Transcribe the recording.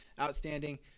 outstanding